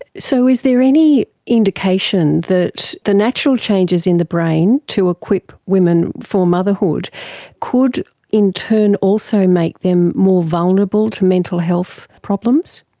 so is there any indication that the natural changes in the brain to equip women for motherhood could in turn also make them more vulnerable to mental health problems?